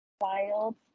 wild